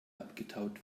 abgetaut